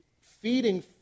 feeding